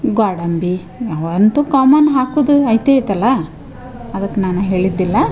ಗ್ವಾಡಂಬಿ ಅವಂತು ಕಾಮನ್ ಹಾಕುದು ಐತೆ ಐತಲ್ಲಾ ಅದಕ ನಾನು ಹೇಳಿದ್ದಿಲ್ಲ